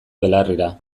belarrira